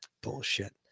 Bullshit